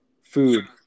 food